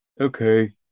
okay